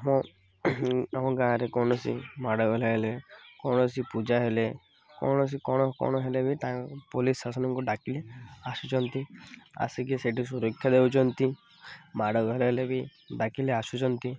ଆମ ଆମ ଗାଁରେ କୌଣସି ମାଡ଼ଗୋଳ ହେଲେ କୌଣସି ପୂଜା ହେଲେ କୌଣସି କ'ଣ କ'ଣ ହେଲେ ବି ତାଙ୍କ ପୋଲିସ୍ ଶାସନଙ୍କୁ ଡାକିଲେ ଆସୁଛନ୍ତି ଆସିକି ସେଇଠି ସୁରକ୍ଷା ଦେଉଛନ୍ତି ମାଡ଼ଗୋଳ ହେଲେ ବି ଡାକିଲେ ଆସୁଛନ୍ତି